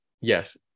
yes